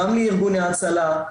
גם לארגוני ההצלה,